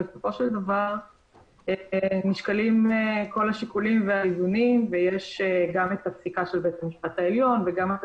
בסופו של דבר נשקלים כל השיקולים ויש את פסיקת העליון וכן את